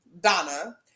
Donna